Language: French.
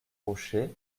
rochers